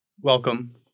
Welcome